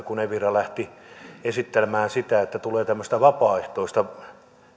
kun evira lähti esittelemään sitä että tulee tämmöistä vapaaehtoista